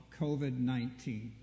COVID-19